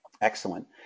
Excellent